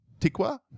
Tikwa